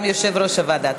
שהוא גם יושב-ראש הוועדה.